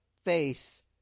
face